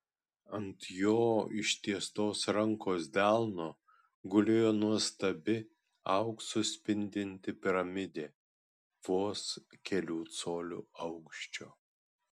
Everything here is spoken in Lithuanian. ant jo ištiestos rankos delno gulėjo nuostabi auksu spindinti piramidė vos kelių colių aukščio